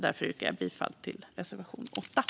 Därför yrkar jag bifall till reservation 8.